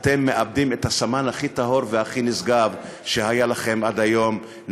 אתם מאבדים את הסמן הכי טהור והכי נשגב שהיה לכם עד היום,